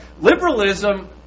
liberalism